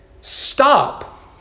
Stop